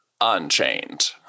unchained